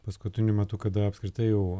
paskutiniu metu kada apskritai jau